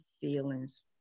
feelings